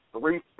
Three